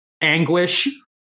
anguish